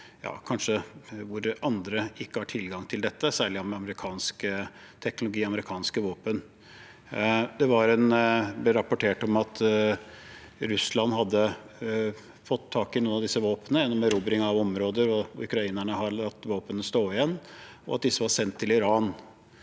andre har kanskje ikke tilgang til dette, særlig amerikansk teknologi og amerikanske våpen. Det ble rapportert om at Russland hadde fått tak i noen av disse våpnene gjennom erobring av områder, at ukrainerne hadde latt våpen stå igjen, og at disse var sendt til Iran.